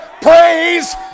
Praise